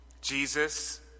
Jesus